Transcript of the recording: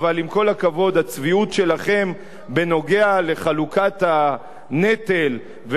הצביעות שלכם בנוגע לחלוקת הנטל ובנוגע להרבה